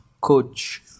Coach